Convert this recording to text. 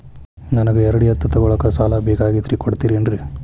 ನನಗ ಎರಡು ಎತ್ತು ತಗೋಳಾಕ್ ಸಾಲಾ ಬೇಕಾಗೈತ್ರಿ ಕೊಡ್ತಿರೇನ್ರಿ?